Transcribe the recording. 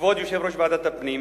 כבוד יושב-ראש ועדת הפנים,